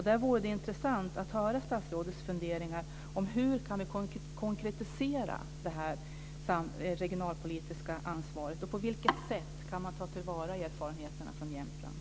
Det vore intressant att höra statsrådets funderingar om hur vi kan konkretisera det regionalpolitiska ansvaret och på vilket sätt man kan ta till vara erfarenheterna från Jämtland.